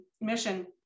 Mission